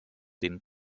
den